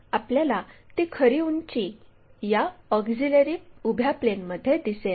आपल्याला ती खरी उंची या ऑक्झिलिअरी उभ्या प्लेनमध्ये दिसेल